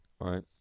right